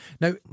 Now